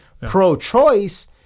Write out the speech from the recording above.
pro-choice